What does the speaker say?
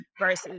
versus